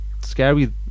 scary